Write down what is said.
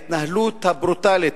ההתנהלות הברוטלית.